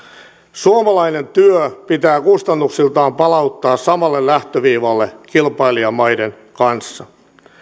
suomalainen työ pitää kustannuksiltaan palauttaa samalle lähtöviivalle kilpailijamaiden kanssa